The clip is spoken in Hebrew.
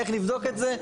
איך לבדוק את זה?